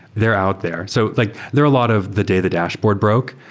they're out there. so like there a lot of the day the dashboard broke.